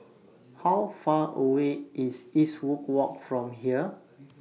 How Far away IS Eastwood Walk from here